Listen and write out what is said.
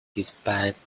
despite